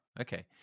Okay